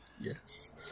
Yes